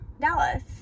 Dallas